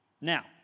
now